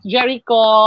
Jericho